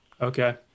Okay